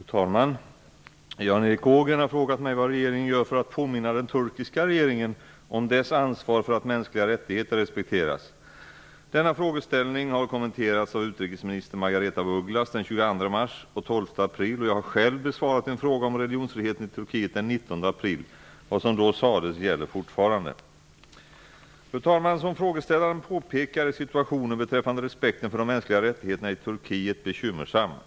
Fru talman! Jan Erik Ågren har frågat mig vad regeringen gör för att påminna den turkiska regeringen om dess ansvar för att mänskliga rättigheter respekteras. Denna frågeställning har kommenterats av utrikesminister Margareta af Ugglas den 22 mars och 12 april, och jag har själv besvarat en fråga om religionsfriheten i Turkiet den 19 april. Vad som då sades gäller fortfarande. Fru talman! Som frågeställaren påpekar är situationen beträffande respekten för de mänskliga rättigheterna i Turkiet bekymmersam.